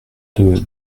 deux